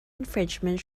infringement